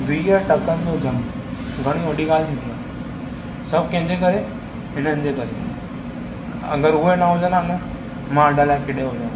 वीह टकनि जो जम्प घणी वॾी ॻाल्हि थींदी आहे सभु कंहिंजे करे हिननि जे करे अॻरि उहे न हुजनि आहे न मां अॼु अलाए केॾांहुं हुजा हा